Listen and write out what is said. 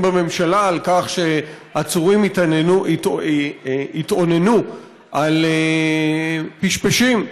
בממשלה על כך שעצורים התאוננו על פשפשים.